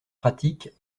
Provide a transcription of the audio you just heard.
pratique